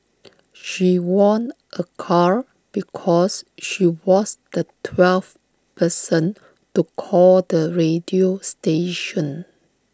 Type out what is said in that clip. she won A car because she was the twelfth person to call the radio station